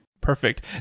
Perfect